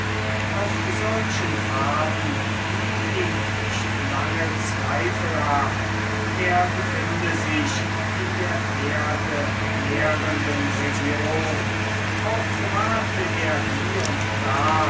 auf solchen pfaden blieb ihm nicht lange zweifelhaft er befinde sich in der pferdenährenden region auch gewahrte er hie und da